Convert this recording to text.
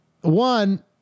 one